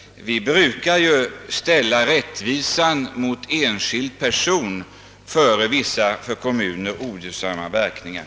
Vi brukar ju ställa rättvisan mot enskild person före vwissa för kommunerna ogynnsamma verkningar.